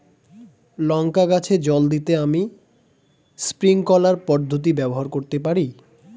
লঙ্কা গাছে জল দিতে আমি স্প্রিংকলার পদ্ধতি ব্যবহার করতে পারি?